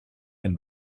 and